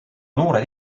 noored